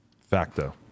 Facto